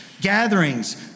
gatherings